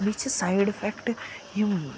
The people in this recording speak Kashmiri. بیٚیہِ چھِ سایِڈ اِفٮ۪کٹ یِم